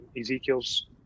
Ezekiel's